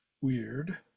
weird